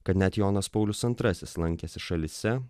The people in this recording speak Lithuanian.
kad net jonas paulius antrasis lankėsi šalyse